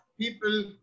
people